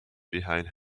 behind